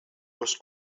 was